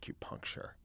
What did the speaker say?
acupuncture